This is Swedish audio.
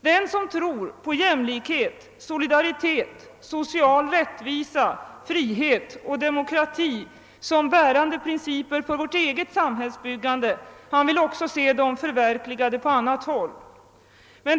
Den som tror på jämlikhet, solidaritet, social rättvisa, frihet och demokrati som bärande principer för vårt eget samhällsbyggande vill också se dem förverkligade på andra håll.